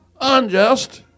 unjust